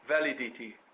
validity